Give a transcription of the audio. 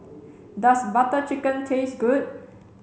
does Butter Chicken taste good